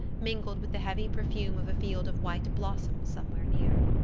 mingled with the heavy perfume of a field of white blossoms somewhere near.